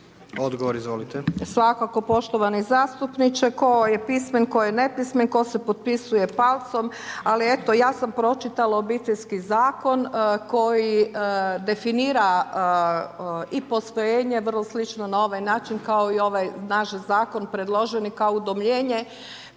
Nada (HDZ)** Svakako poštovani zastupniče, tko je pismen, tko je nepismen, tko se potpisuje palcom, ali eto ja sam pročitala Obiteljski zakon koji definira i posvojenje, vrlo slično na ovaj način kao i ovaj naš Zakon, predloženi, kao udomljenje.